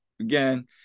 again